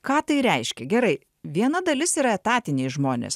ką tai reiškia gerai viena dalis yra etatiniai žmonės